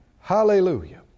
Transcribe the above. Hallelujah